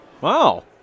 Wow